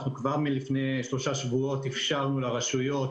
כבר מלפני שלושה שבועות אפשרנו לרשויות